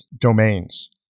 domains